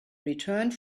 returned